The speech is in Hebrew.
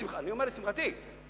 לשמחתי,